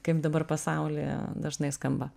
kaip dabar pasaulyje dažnai skamba